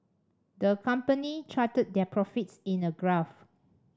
the company charted their profits in a graph